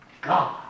God